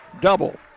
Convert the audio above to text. double